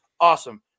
awesome